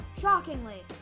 shockingly